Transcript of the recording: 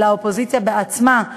אלא האופוזיציה בעצמה.